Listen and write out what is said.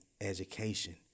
education